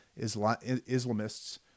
Islamists